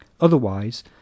Otherwise